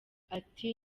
ati